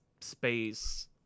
space